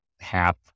half